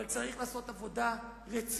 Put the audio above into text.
אבל צריך לעשות עבודה רצינית,